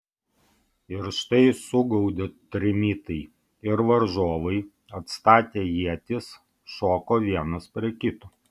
ir štai sugaudė trimitai ir varžovai atstatę ietis šoko vienas prie kito